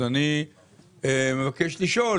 אז אני מבקש לשאול,